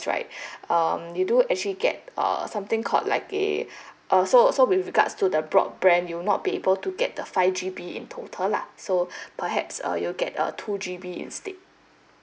right um you do actually get uh something called like a so so with regards to the broad brand you'll not be able to get the five G_B in total lah so perhaps uh you get a two G_B instead